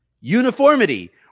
uniformity